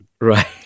Right